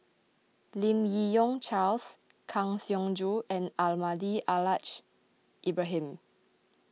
Lim Yi Yong Charles Kang Siong Joo and Almahdi Al Haj Ibrahim